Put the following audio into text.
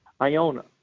Iona